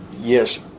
Yes